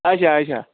اچھا اچھا